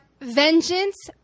vengeance